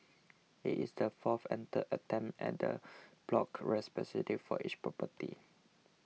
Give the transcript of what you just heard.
it is the fourth and third attempt at en bloc respectively for each property